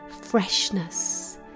freshness